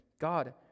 God